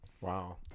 Wow